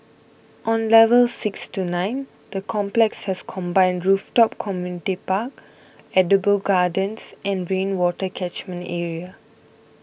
on levels six to nine the complex has a combined rooftop community park edible gardens and rainwater catchment area